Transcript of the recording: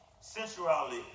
sensuality